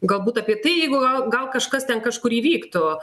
galbūt apie tai jeigu gal kažkas ten kažkur įvyktų